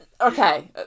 Okay